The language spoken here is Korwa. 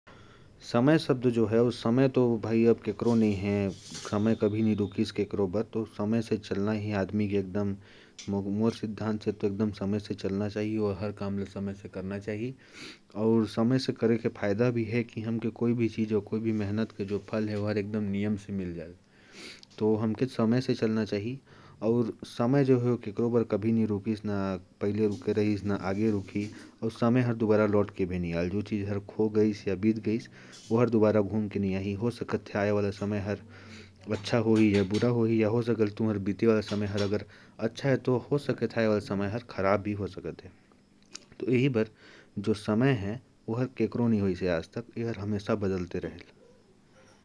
समय कभी किसी के लिए नहीं रुकता। समय हमेशा बदलता रहता है, आज मेरा है तो कल तेरा होगा। समय कभी लौटकर नहीं आता, जो बीत गया, वह बीत गया। जो है, वह अपना है।